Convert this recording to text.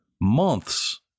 months